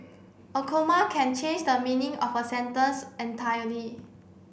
a comma can change the meaning of a sentence entirely